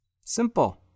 simple